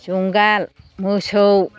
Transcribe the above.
जुंगाल मोसौ